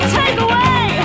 takeaway